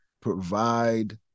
provide